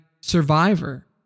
Survivor